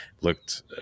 looked